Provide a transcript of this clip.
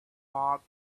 bath